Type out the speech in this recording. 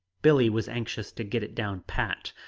billie was anxious to get it down pat.